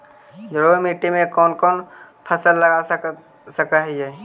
जलोढ़ मिट्टी में कौन कौन फसल लगा सक हिय?